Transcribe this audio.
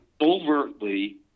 overtly